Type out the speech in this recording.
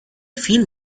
feel